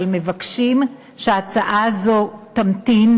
אבל מבקשים שההצעה הזו תמתין,